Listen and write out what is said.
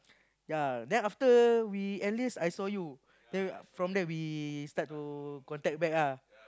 ya then after we enlist I saw you then from there we start to contact back ah